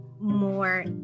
more